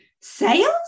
Sales